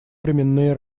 временные